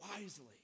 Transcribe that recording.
wisely